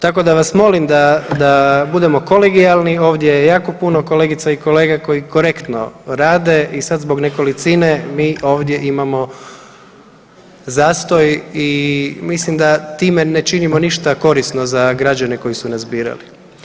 Tako da vas molim da, da budemo kolegijalni, ovdje je jako puno kolegica i kolega koji korektno rade i sad zbog nekolicine mi ovdje imamo zastoj i mislim da time ne činimo ništa korisno za građane koji su nas birali.